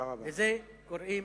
לזה קוראים